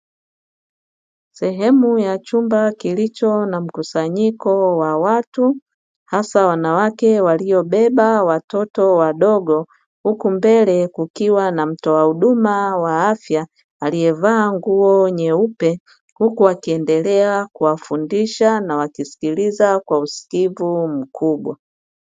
Sehemu ya chumba kilicho na mkusanyiko wa watu hasa wanawake waliobeba watoto wadogo huku mbele kukiwa na mtoa huduma wa afya aliyevaa nguo nyeupe huku wakiendelea kuwafundisha na wakisikiliza kwa utulivu mkubwa.